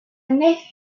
nef